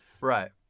Right